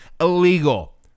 illegal